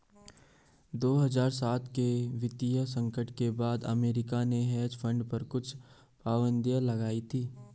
दो हज़ार सात के वित्तीय संकट के बाद अमेरिका ने हेज फंड पर कुछ पाबन्दी लगाई थी